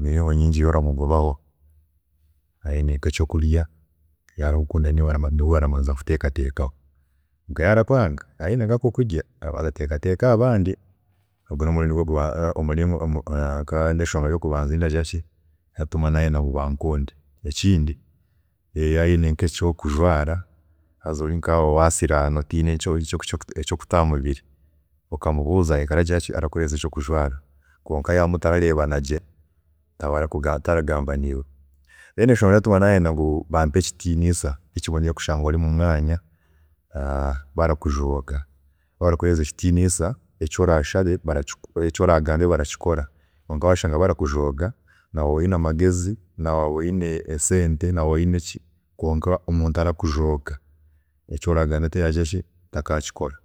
bingi ebi oramugobaho, nka yaaba ayine ekyokurya yari kukunda arabanza niiiwe arabanza yateekateekaho kwonka yaaba arakwanga ayine nkakokurya arabanza yateekateeka ahabandi, ekyo nikyo kiratuma nayenda ngu bankunde, ekindi yaaba ayine nkekyokujwaara haza otiine nkekyokuta ahamubiri okamubuuza arahika arakuha ekyokujwaara haza kwonka yaaba mutararreebana gye, nawe taragamba niiwe. Then eshonga eratuma nayenda bampe ekitiinisa, tikibiniire kushanga ori mumwanya barakujooga, waaba barakuheereza ekitiinisa eki oragambe barakikora kwonka washanga barakujooga, na waaba oyine amagezi, na waaba oyine sente, kwonka washanga omuntu arakujooga, eki oragamba taraki tarakikora.